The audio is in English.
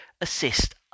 assist